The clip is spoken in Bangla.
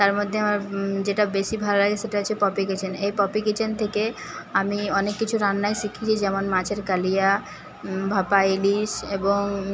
তার মধ্যে আমার যেটা বেশী ভালো লাগে সেটা হচ্ছে পপি কিচেন এই পপি কিচেন থেকে আমি অনেক কিছু রান্নাই শিখেছি যেমন মাছের কালিয়া ভাপা ইলিশ এবং